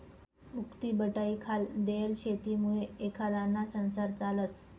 उक्तीबटाईखाल देयेल शेतीमुये एखांदाना संसार चालस